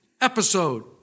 episode